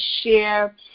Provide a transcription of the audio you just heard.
share